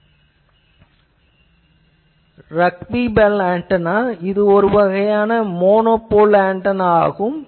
இப்போது ஒருவகையான antenna rugby பந்து மோனோபோல் ஆன்டெனா ஆகும்